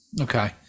Okay